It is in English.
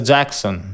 Jackson